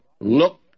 look